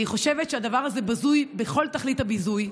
אני חושבת שהדבר הזה בזוי בכל תכלית הביזוי,